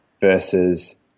versus